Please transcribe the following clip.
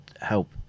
help